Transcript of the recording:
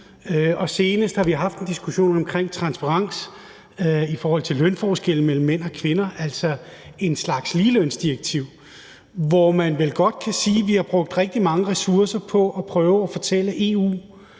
senest har vi haft en diskussion omkring transparens i forhold til lønforskelle mellem mænd og kvinder, altså en slags ligelønsdirektiv. Og man kan vel godt sige, at vi har brugt rigtig mange ressourcer på at prøve at fortælle EU,